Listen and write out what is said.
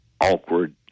awkward